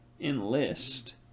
enlist